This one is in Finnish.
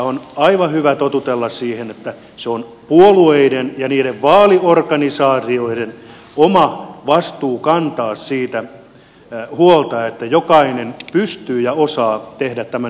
on aivan hyvä totutella siihen että se on puolueiden ja niiden vaaliorganisaatioiden oma vastuu kantaa siitä huolta että jokainen pystyy ja osaa tehdä tämän ilmoituksen oikein